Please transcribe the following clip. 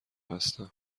هستم